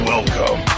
Welcome